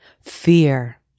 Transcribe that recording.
Fear